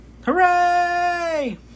hooray